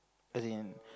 as in